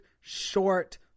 short